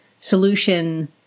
solution